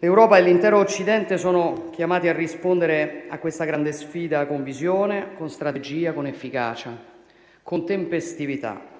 L'Europa e l'intero Occidente sono chiamati a rispondere a questa grande sfida con visione, strategia, efficacia e tempestività.